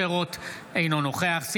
אינו נוכח משה רוט,